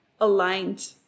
aligned